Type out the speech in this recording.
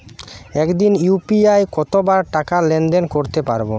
একদিনে ইউ.পি.আই কতবার টাকা লেনদেন করতে পারব?